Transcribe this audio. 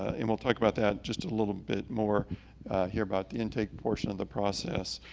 and we'll talk about that just a little bit more here about the intake proportion of the process.